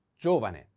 Giovane